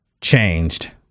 changed